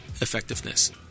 effectiveness